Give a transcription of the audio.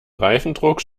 reifendruck